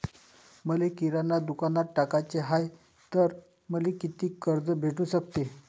मले किराणा दुकानात टाकाचे हाय तर मले कितीक कर्ज भेटू सकते?